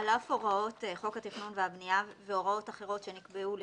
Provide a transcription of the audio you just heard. (א) על אף הוראות חוק התכנון והבנייה והוראות אחרות שנקבעו לפיו,